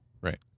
right